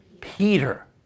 Peter